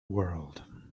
world